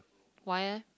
why leh